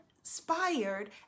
inspired